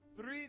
three